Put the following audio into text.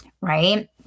right